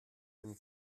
den